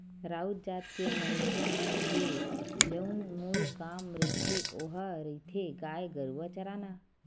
राउत जात के मनखे मन के जउन मूल काम रहिथे ओहा रहिथे गाय गरुवा चराना